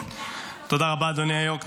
תודה רבה, אדוני היו"ר.